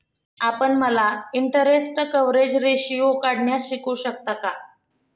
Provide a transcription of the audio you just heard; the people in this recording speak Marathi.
आपण मला इन्टरेस्ट कवरेज रेशीओ काढण्यास शिकवू शकता का?